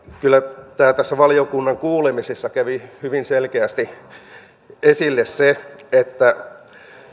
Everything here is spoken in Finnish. kyllä valiokunnan kuulemisissa kävi hyvin selkeästi esille se että